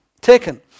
taken